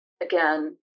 Again